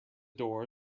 door